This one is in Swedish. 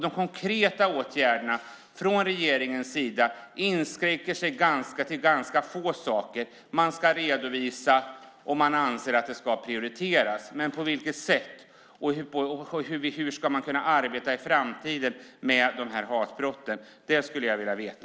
De konkreta åtgärderna från regeringens sida inskränker sig till ganska få saker. Man ska göra en redovisning, och man anser att det prioriteras. Men på vilket sätt gör man det, och hur ska man kunna arbeta med hatbrotten i framtiden? Det skulle jag vilja veta.